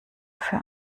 für